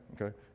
okay